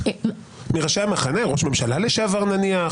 ראש ממשלה לשעבר נניח,